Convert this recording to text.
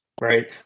right